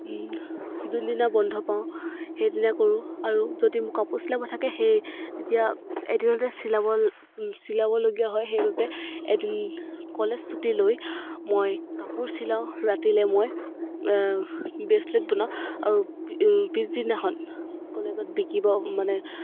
যোনদিনা বন্ধ পাওঁ সেইদিনা কৰোঁ আৰু যদি মোৰ কাপোৰ চিলাব থাকে সেই তেতিয়া এদিনতে চিলাব চিলাবলগীয়া হয় সেইবাবে এদিন কলেজ চুটি লৈ মই কাপোৰ চিলাওঁ ৰাতিলৈ মই বেছলেট বনাওঁ আৰু পিছদিনাখন কলেজত বিকিব মানে